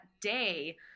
day